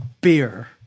Beer